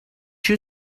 you